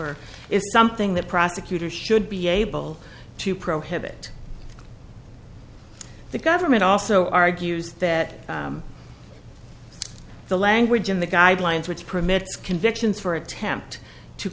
offer is something that prosecutors should be able to prohibit the government also argues that the language in the guidelines which permits convictions for attempt to